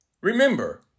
Remember